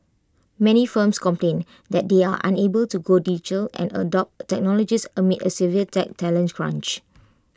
many firms complain that they are unable to go digital and adopt technologies amid A severe tech talent crunch